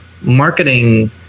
marketing